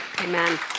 Amen